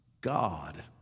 God